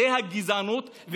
זו הגזענות.